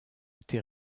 été